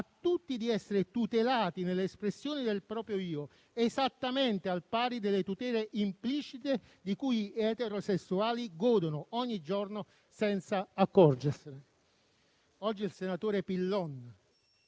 tutti di essere tutelati nell'espressione del proprio io, esattamente al pari delle tutele implicite di cui gli eterosessuali godono ogni giorno senza accorgersene. Oggi il senatore Pillon